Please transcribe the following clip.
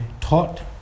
taught